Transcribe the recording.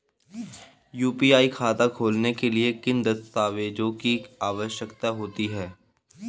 UPI खाता खोलने के लिए किन दस्तावेज़ों की आवश्यकता होती है?